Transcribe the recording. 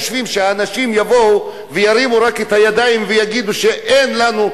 ואתם חושבים שהאנשים יבואו וירימו רק את הידיים ויגידו שאין לנו,